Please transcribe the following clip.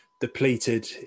depleted